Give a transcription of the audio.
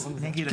אז אני אגיד לך,